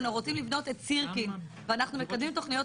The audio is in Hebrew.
או כשרוצים לבנות את סירקין ואנחנו מקדמים תוכניות